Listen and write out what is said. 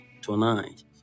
tonight